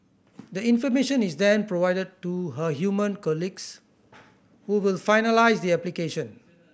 the information is then provided to her human colleagues who will finalise the application